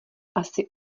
asi